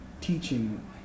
teaching